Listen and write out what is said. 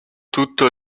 tutto